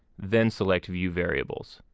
then select view variables.